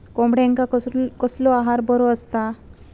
कोंबड्यांका कसलो आहार बरो असता?